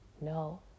No